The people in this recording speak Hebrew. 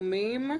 התיאומים.